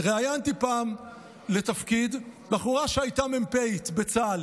ראיינתי פעם לתפקיד בחורה שהייתה מ"פית בצה"ל